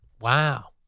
Wow